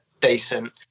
decent